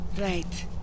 Right